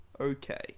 okay